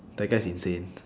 that guy is insane